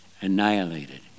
annihilated